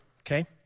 okay